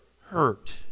hurt